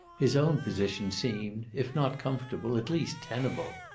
his own position seemed, if not comfortable, at least tenable.